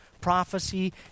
prophecy